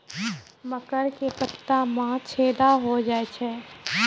मकर के पत्ता मां छेदा हो जाए छै?